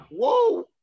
whoa